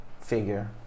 figure